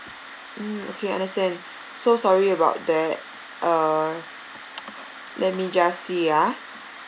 mm okay understand so sorry about that uh let me just see ah